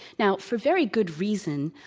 now, for very good reason,